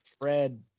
Fred